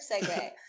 segue